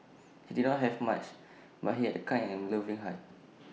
he did not have much but he had A kind and loving heart